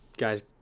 guys